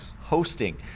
hosting